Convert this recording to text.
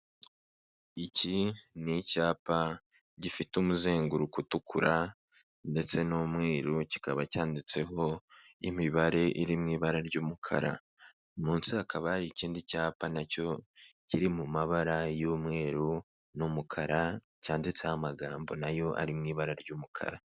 Iki ni icyapa gifite umuzenguruko utukura ndetse n'umweru, kikaba cyanditseho imibare iri mu ibara ry'umukara. Munsi hakaba hari ikindi cyapa na cyo kiri mu mabara y'umweru n'umukara, cyanditseho amagambo na yo ari mu ibara ry'umukara.